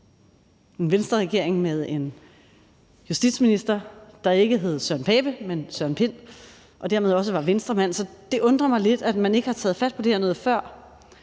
en Venstreregering med en justitsminister, der ikke hed Søren Pape Poulsen, men Søren Pind, og som dermed også var Venstremand – så det undrer mig lidt, at man ikke har taget fat på det her noget før.